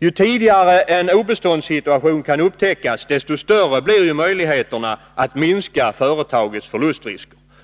Ju tidigare en obeståndssituation kan upptäckas, desto större blir möjligheterna att minska företagets förlustrisker.